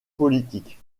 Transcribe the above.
politique